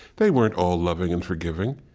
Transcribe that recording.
they weren't all loving and forgiving.